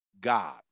God